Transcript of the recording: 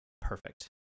perfect